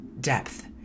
depth